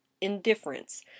indifference